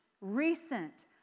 recent